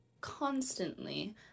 constantly